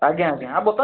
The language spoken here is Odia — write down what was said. ଆଜ୍ଞା ଆଜ୍ଞା